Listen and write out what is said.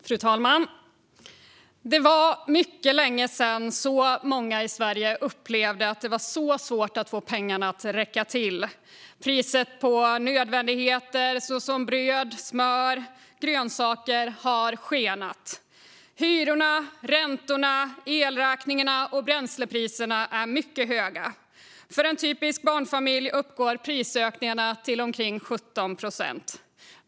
Fru talman! Det var mycket länge sedan så många i Sverige upplevde att det var så svårt att få pengarna att räcka till. Priset på nödvändigheter som bröd, smör och grönsaker har skenat. Hyrorna, räntorna, elräkningarna och bränslepriserna är mycket höga. För en typisk barnfamilj uppgår prisökningarna till omkring 17 procent.